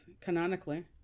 canonically